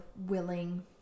willing